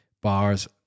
bars